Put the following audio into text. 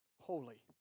holy